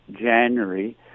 January